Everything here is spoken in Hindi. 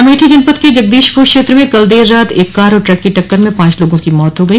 अमेठी जनपद के जगदीशपुर क्षेत्र में कल देर रात एक कार और ट्रक की टक्कर में पाच लोगों की मौत हो गई